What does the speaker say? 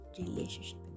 relationship